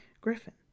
Griffin